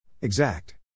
Exact